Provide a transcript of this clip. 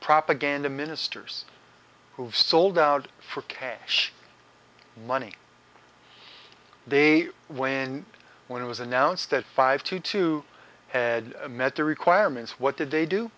propaganda ministers who've sold out for cash money they win when it was announced that five to two had met the requirements what did they do